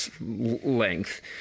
length